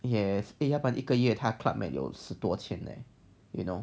yes ah 要不然一个月他 club med 有十多千 leh you know